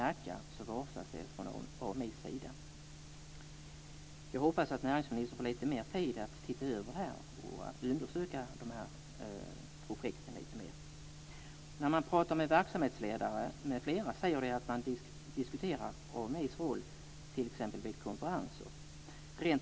I Nacka varslar AMI också om att dra sig ur. Jag hoppas att näringsministern får lite mer tid att titta över detta och undersöka de här projekten lite mer. När man pratar med verksamhetsledare m.fl. säger de att man diskuterar AMI:s roll vid t.ex. konferenser.